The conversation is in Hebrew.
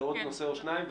עוד נושא או שניים,